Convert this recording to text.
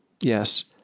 Yes